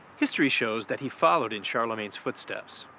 history shows that he followed in charlemagne's footsteps.